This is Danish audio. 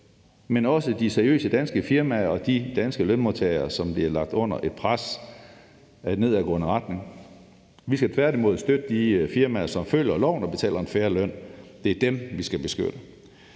men også de seriøse danske firmaer og de danske lønmodtagere, som bliver lagt under et pres i nedadgående retning. Vi skal tværtimod støtte de firmaer, som følger loven og betaler en fair løn. Det er dem, vi skal beskytte.